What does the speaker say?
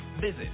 Visit